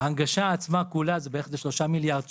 ההנגשה עצמה, כולה, זה 3 מיליארד שקל.